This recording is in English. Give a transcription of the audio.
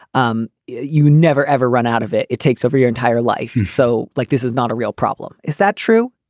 um you never, ever run out of it. it takes over your entire life. and so like this is not a real problem. is that true?